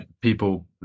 people